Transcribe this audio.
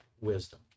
wisdom